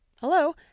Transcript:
Hello